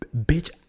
bitch